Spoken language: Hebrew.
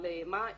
אבל מה,